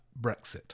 Brexit